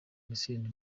misiri